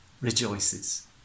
rejoices